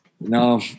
No